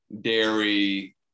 dairy